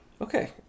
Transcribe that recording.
Okay